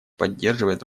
поддерживает